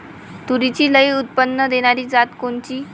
तूरीची लई उत्पन्न देणारी जात कोनची?